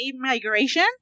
migration